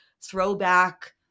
throwback